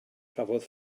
cafodd